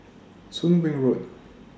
Soon Wing Road